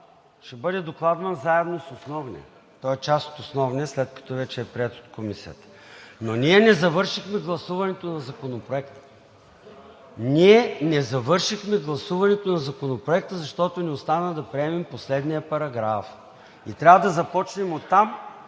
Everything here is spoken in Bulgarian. ще бъде докладван заедно с основния. Той е част от основния, след като вече е приет от Комисията. Но ние не завършихме гласуването на Законопроекта. (Реплики.) Не завършихме гласуването на Законопроекта, защото ни остана да приемем последния параграф. Трябва да започнем оттам